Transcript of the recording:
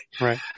Right